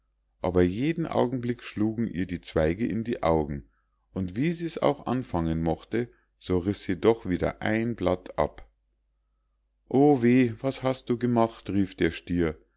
aber jeden augenblick schlugen ihr die zweige in die augen und wie sie's auch anfangen mochte so riß sie doch wieder ein blatt ab o weh was hast du gemacht rief der stier